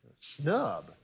snub